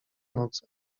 noc